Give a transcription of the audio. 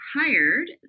hired